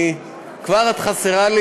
אני חייב להגיד לאיילת: כבר את חסרה לי.